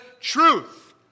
truth